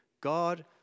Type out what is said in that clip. God